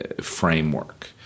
framework